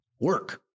work